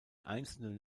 einzelnen